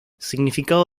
significado